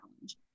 challenge